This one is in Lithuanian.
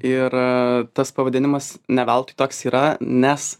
ir tas pavadinimas ne veltui toks yra nes